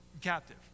captive